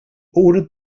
ordered